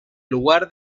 lugar